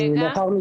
רגע.